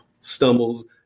stumbles